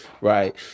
right